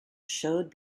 showed